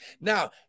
Now